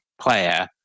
player